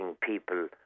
people